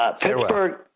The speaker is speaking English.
Pittsburgh